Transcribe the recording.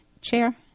chair